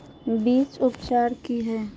बीज उपचार कि हैय?